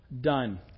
done